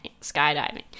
skydiving